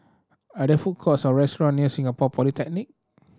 are there food courts or restaurant near Singapore Polytechnic